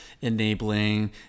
enabling